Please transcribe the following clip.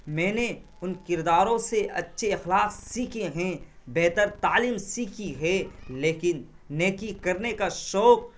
میں نے ان کرداروں سے اچھے اخلاق سیکھے ہیں بہتر تعلیم سیکھی ہے لیکن نیکی کرنے کا شوق